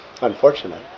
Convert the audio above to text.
unfortunate